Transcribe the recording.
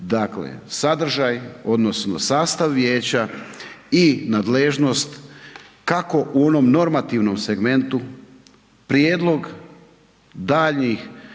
Dakle, sadržaj odnosno sastav vijeća i nadležnost kako u onom normativnom segmentu prijedlog daljnjih